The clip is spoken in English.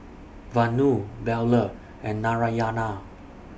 Vanu Bellur and Narayana